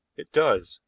it does.